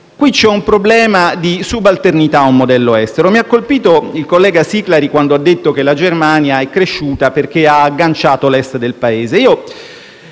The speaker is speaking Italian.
qui c'è un problema di subalternità a un modello estero. Mi ha colpito il collega Siclari, quando ha detto che la Germania è cresciuta perché ha agganciato l'Est del Paese.